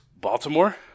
Baltimore